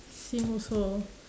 same also